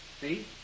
See